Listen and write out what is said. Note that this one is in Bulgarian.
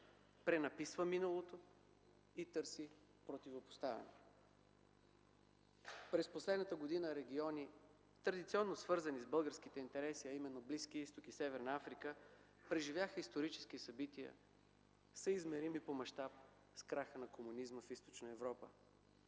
пренаписва миналото и търси противопоставяне. През последната година региони, традиционно свързани с българските интереси, а именно Близкият изток и Северна Африка, преживяха исторически събития, съизмерими по мащаб с краха на комунизма в Източна Европа